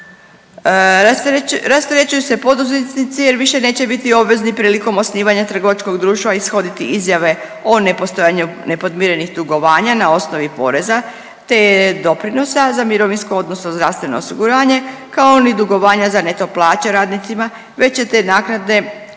Rasterećuju se poduzetnici jer više neće biti obvezni prilikom osnivanja trgovačkog društva ishoditi izjave o nepostojanju nepodmirenih dugovanja na osnovi poreza, te doprinosa za mirovinsko odnosno zdravstveno osiguranje, kao ni dugovanja za neto plaće radnicima već će te naknade,